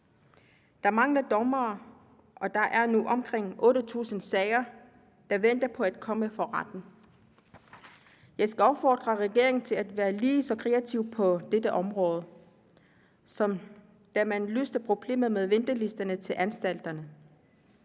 Der mangler dommere, og der er nu omkring 8.000 sager, der venter på at komme for retten. Jeg skal opfordre regeringen til at være lige så kreativ på dette område, som da man løste problemet med ventelisterne til anstalterne.